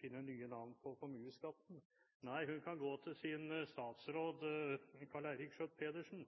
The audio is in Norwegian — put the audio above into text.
finne nye navn på formuesskatten. Nei, hun kan gå til sin statsråd, Karl Eirik Schjøtt-Pedersen.